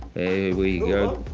we go.